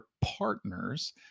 partners